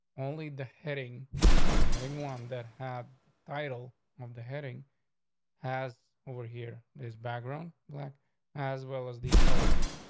only the heading beheading one that had the title of the heading has over here this background like as well as the color green.